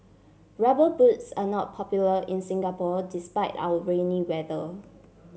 rubber boots are not popular in Singapore despite our rainy weather